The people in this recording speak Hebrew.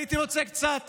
הייתי רוצה קצת